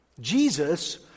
Jesus